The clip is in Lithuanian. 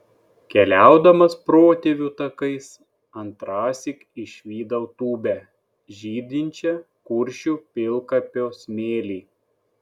keliaudamas protėvių takais antrąsyk išvydau tūbę žydinčią kuršių pilkapio smėly